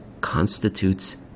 constitutes